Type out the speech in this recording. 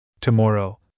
Tomorrow